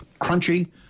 crunchy